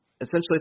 Essentially